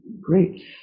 Great